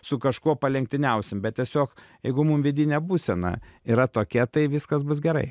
su kažkuo palenktyniausim bet tiesiog jeigu mum vidinė būsena yra tokia tai viskas bus gerai